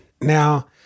Now